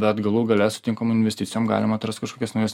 bet galų gale su tinkamom investicijom galima atrast kažkokias naujas